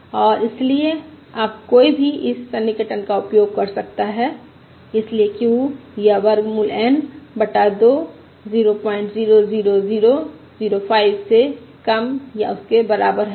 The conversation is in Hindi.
और इसलिए अब कोई भी इस सन्निकटन का उपयोग कर सकता है इसलिए q या वर्गमूल N बटा 2 000005 से कम या उसके बराबर है